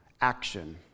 action